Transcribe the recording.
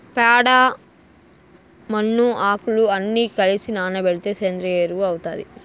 ప్యాడ, మన్ను, ఆకులు అన్ని కలసి నానబెడితే సేంద్రియ ఎరువు అవుతాది